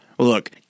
Look